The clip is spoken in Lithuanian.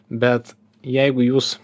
bet jeigu jūs